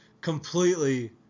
completely